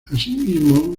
asimismo